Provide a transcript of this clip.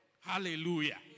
Hallelujah